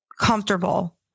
comfortable